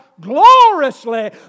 gloriously